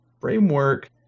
framework